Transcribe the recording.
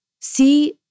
see